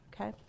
okay